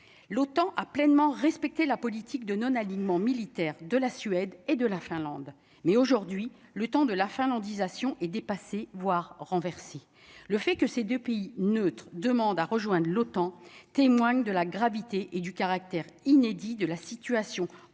l'OTAN a pleinement respecter la politique de non-alignement militaire de la Suède et de la Finlande, mais aujourd'hui, le temps de la finlandisation est dépassée, voire renverser, le fait que ces 2 pays neutre, demande à rejoindre l'OTAN témoigne de la gravité et du caractère inédit de la situation en Europe